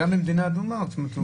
גם ממדינה אדומה רוצים לעשות את זה.